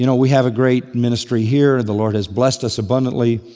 you know we have a great ministry here, the lord has blessed us abundantly,